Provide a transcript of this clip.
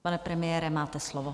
Pane premiére, máte slovo.